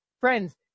friends